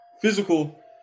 physical